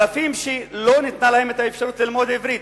אלפים שלא ניתנה להם האפשרות ללמוד עברית,